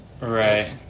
Right